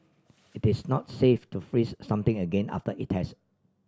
it is not safe to freeze something again after it has